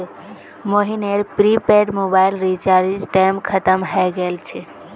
मोहनेर prepaid mobile रीचार्जेर टेम खत्म हय गेल छे